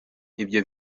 ibyo